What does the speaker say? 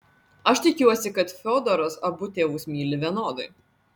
aš tikiuosi kad fiodoras abu tėvus myli vienodai